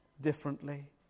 differently